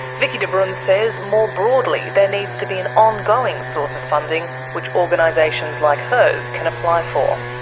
vicki dobrunz says more broadly there needs to be an ongoing source of funding which organisations like hers can apply for.